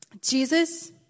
Jesus